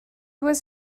was